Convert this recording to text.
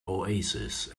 oasis